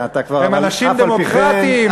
הם אנשים דמוקרטיים,